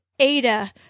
Ada